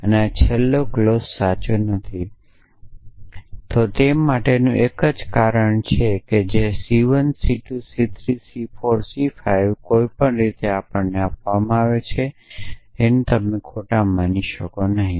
જો આ છેલ્લી ક્લોઝ સાચુ ન હોય તો આ અસંતોષકારક હોઈ શકે તે માટેનું એક માત્ર કારણ આ છે જેનો અર્થ એ છે કે C 1 C 2 C 3 C 4 C 5 આપણને આપવામાં આવે છે તો તમે તેને ખોટા માની નહીં શકો